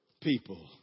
people